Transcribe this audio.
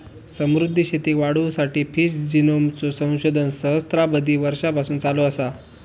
समुद्री शेतीक वाढवुसाठी फिश जिनोमचा संशोधन सहस्त्राबधी वर्षांपासून चालू असा